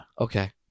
Okay